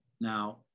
Now